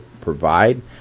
provide